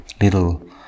little